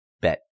bet